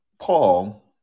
Paul